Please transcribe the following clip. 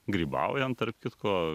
grybaujant tarp kitko